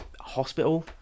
hospital